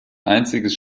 einziges